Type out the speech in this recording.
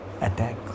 attack